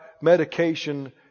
medication